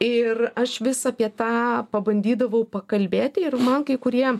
ir aš vis apie tą pabandydavau pakalbėti ir man kai kurie